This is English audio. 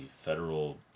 Federal